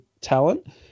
talent